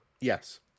Yes